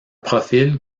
profil